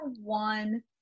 one